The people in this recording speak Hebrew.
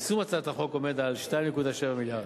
עלות יישום הצעת החוק היא 2.7 מיליארד.